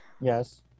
Yes